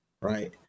Right